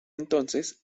entonces